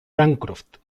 bancroft